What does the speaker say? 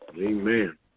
Amen